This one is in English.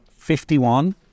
51